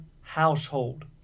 household